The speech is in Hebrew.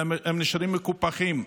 הם נשארים מקופחים.